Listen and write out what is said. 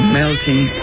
melting